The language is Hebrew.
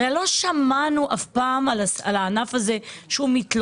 הרי לא שמענו אף פעם שהענף הזה מתלונן,